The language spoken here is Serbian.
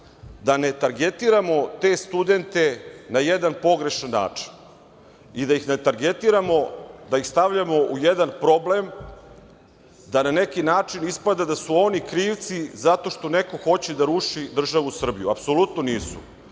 da ne targetiramo te studente na jedan pogrešan način i da ih ne targetiramo, da ih stavljamo u jedan problem da na neki način ispada da su oni krivci zato što neko hoće da ruši državu Srbiju. Apsolutno nisu. Ja